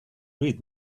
read